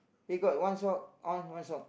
he got one sock on one sock